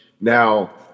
Now